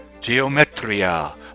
geometria